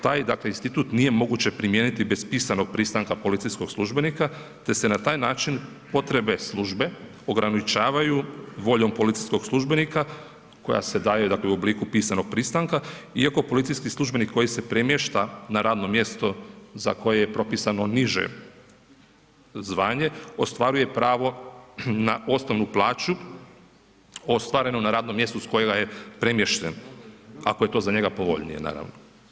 Taj dakle institut nije moguće primijeniti bez pisanog pristanka policijskog službenika te se na taj način potrebe službe ograničavaju voljom policijskog službenika koja se daje dakle u obliku pisanog pristanka iako policijski službenik koji se premješta na radno mjesto za koje je propisano niže zvanje, ostvaruje pravo na osnovnu plaću ostvarenu na radnom mjestu s kojega je premješten ako je to za njega povoljnije, naravno.